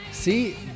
See